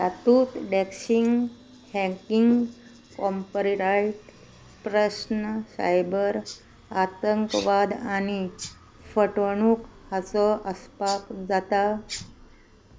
तातूंत डॅक्शिंग हँकिंग कोम्परेडायड प्रस्न सायबर आतंकवाद आनी फटवणूक हाचो आसपाव जाता